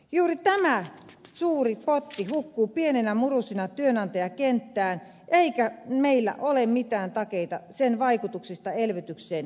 juuri tämä suuri potti hukkuu pieninä murusina työnantajakenttään eikä meillä ole mitään takeita sen vaikutuksista elvytykseen ja työllisyyteen